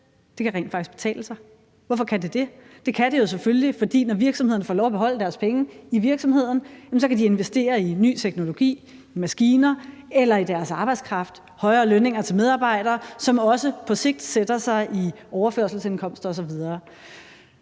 Det kan rent faktisk betale sig. Hvorfor kan det det? Det kan det jo selvfølgelig, fordi når virksomhederne får lov at beholde deres penge i virksomheden, kan de investere i ny teknologi, maskiner eller i deres arbejdskraft – højere lønninger til medarbejdere – som også på sigt sætter sig i overførselsindkomster osv.